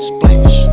Splash